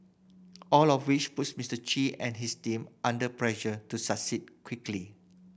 all of which puts Mister Chi and his team under pressure to succeed quickly